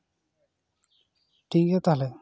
ᱴᱷᱤᱠᱜᱮᱭᱟ ᱛᱟᱦᱞᱮ